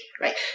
right